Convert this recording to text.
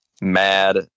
mad